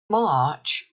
march